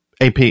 AP